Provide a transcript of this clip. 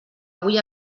avui